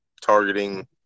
targeting